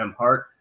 mhart